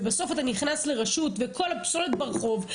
ובסוף אתה נכנס לרשות וכל הפסולת ברחוב,